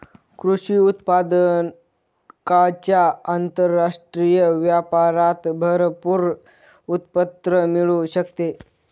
कृषी उत्पादकांच्या आंतरराष्ट्रीय व्यापारात भरपूर उत्पन्न मिळू शकते